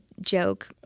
joke